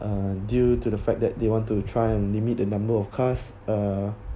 uh due to the fact that they want to try and limit the number of cars uh